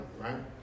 right